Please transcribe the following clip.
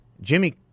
Jimmy